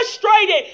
Frustrated